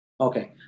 Okay